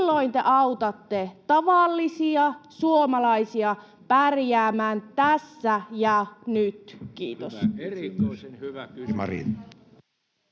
milloin te autatte tavallisia suomalaisia pärjäämään tässä ja nyt? — Kiitos.